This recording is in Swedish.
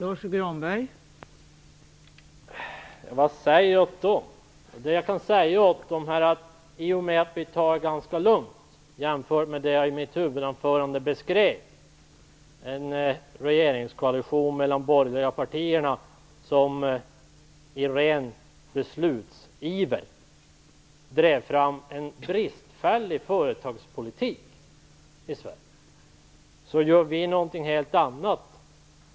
Fru talman! Ja, vad säger jag åt dem? Det jag kan säga åt dem är att vi tar det ganska lugnt jämfört med det jag beskrev i mitt huvudanförande, nämligen en regeringskoalition mellan de borgerliga partierna som i ren beslutsiver drev fram en bristfällig företagspolitik i Sverige. Vi gör något helt annat.